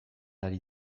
ari